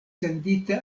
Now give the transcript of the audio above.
sendita